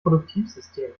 produktivsystem